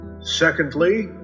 Secondly